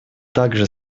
также